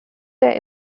der